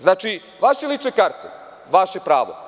Znači, vaše lične karte – vaše pravo.